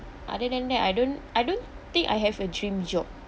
other than that I don't I don't think I have a dream job